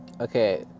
Okay